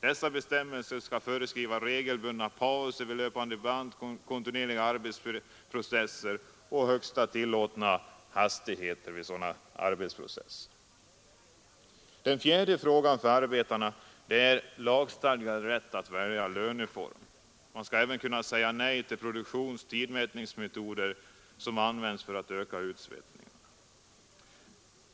Dessa bestämmelser skall föreskriva regelbundna pauser vid löpande band och kontinuerliga arbetsprocesser och högsta tillåtna hastighet vid sådana arbeten. Den fjärde frågan är lagstadgad rätt att välja löneform. Man skall även kunna säga nej till sådana produktionsoch tidmätningsmetoder som används för att öka utsvettningen.